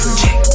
check